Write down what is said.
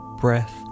breath